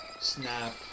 Snap